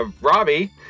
Robbie